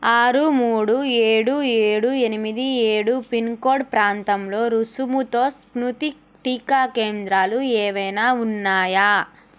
ఆరు మూడు ఏడు ఏడు ఎనిమిది ఏడు పిన్ కోడ్ ప్రాంతంలో రుసుముతో స్ముతిక్ టీకా కేంద్రాలు ఏవైనా ఉన్నాయా